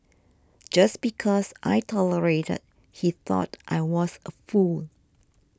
just because I tolerated he thought I was a fool